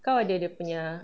kau ada dia punya